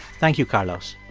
thank you, carlos